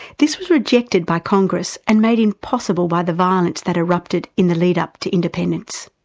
this was rejected by congress and made impossible by the violence that erupted in the lead-up to independence.